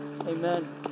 Amen